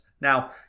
Now